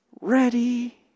ready